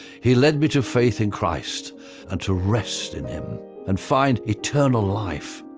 he led me to faith in christ and to rest in him and find eternal life.